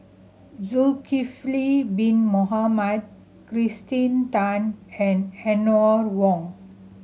Zulkifli Bin Mohamed Kirsten Tan and Eleanor Wong